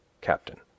captain